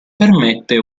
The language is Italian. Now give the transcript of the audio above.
permette